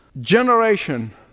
generation